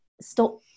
stop